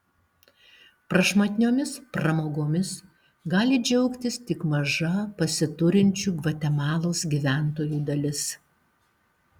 prašmatniomis pramogomis gali džiaugtis tik maža pasiturinčių gvatemalos gyventojų dalis